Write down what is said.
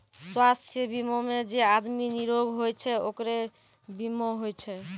स्वास्थ बीमा मे जे आदमी निरोग होय छै ओकरे बीमा होय छै